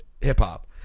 hip-hop